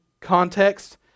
context